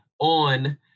on